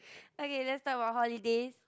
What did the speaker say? okay let's talk about holidays